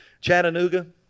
Chattanooga